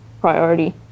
priority